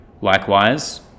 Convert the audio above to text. Likewise